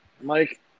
Mike